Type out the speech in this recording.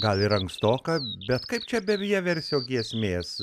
gal ir ankstoka bet kaip čia be vieversio giesmės